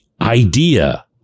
idea